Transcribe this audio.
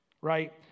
Right